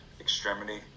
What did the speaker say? Extremity